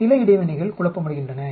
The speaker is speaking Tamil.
சில இடைவினைகள் குழப்பமடைகின்றன